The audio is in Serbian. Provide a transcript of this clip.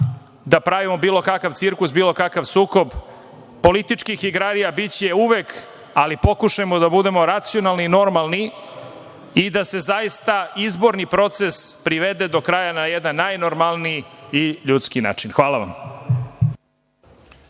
da pravimo bilo kakav cirkus, bilo kakav sukob. Političkih igrarija biće uvek, ali pokušajmo da budemo racionalni i normalni i da se izborni proces privede do kraja na jedan najnormalniji i ljudski način. Hvala vam.